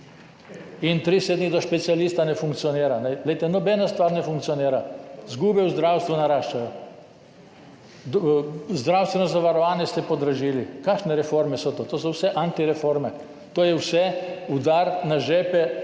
in 30 dni do specialista ne funkcionira. Nobena stvar ne funkcionira, izgube v zdravstvu naraščajo, zdravstveno zavarovanje ste podražili. Kakšne reforme so to? To so vse antireforme, to je vse udar na žepe